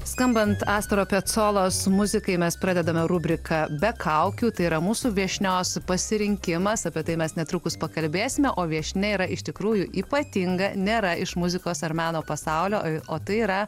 skambant astoro pjacolos muzikai mes pradedame rubriką be kaukių tai yra mūsų viešnios pasirinkimas apie tai mes netrukus pakalbėsime o viešnia yra iš tikrųjų ypatinga nėra iš muzikos ar meno pasaulio o tai yra